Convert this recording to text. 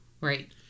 Right